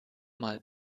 mal